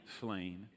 slain